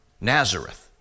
Nazareth